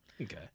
Okay